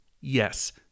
Yes